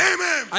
Amen